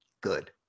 good